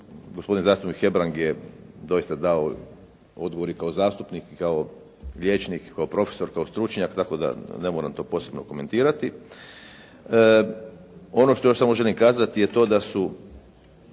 gospodin zastupnik Hebrang je doista dao odgovor i kao zastupnik i kao vijećnik i kao profesor i kao stručnjak tako da ne moram to posebno komentirati. Ono što još samo želim kazati je to da su,